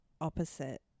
opposite